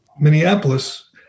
Minneapolis